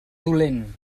dolent